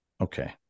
Okay